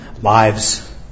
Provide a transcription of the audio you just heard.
lives